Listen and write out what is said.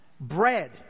bread